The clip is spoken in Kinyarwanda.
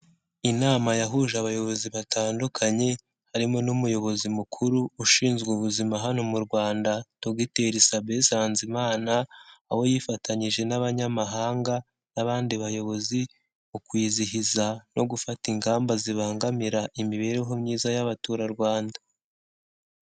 Inama yahuje abayobozi batandukanye, harimo n'umuyobozi mukuru ushinzwe ubuzima hano mu Rwanda Dogiteri Sabin Nsanzimana, aho yifatanyije n'abanyamahanga n'abandi bayobozi mu kwizihiza no gufata ingamba zibangamira imibereho myiza y'abaturarwanda.